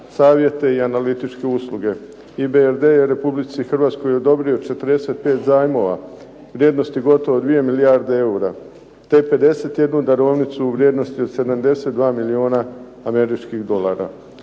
savjete i analitičke usluge. IBRD je Hrvatskoj odobrio 45 zajmova vrijednosti gotovo 2 milijarde eura te 51 darovnicu u vrijednosti od 72 milijuna američkih dolara.